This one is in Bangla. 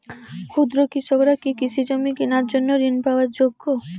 ক্ষুদ্র কৃষকরা কি কৃষিজমি কিনার জন্য ঋণ পাওয়ার যোগ্য?